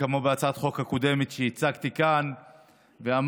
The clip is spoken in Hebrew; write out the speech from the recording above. כמו בהצעת החוק הקודמת שהצגתי כאן ואמרתי,